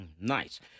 nice